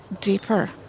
deeper